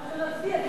למה לא שאלת אותי,